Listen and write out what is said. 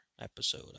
episode